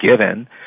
given